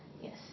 Yes